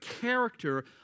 character